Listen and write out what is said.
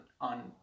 on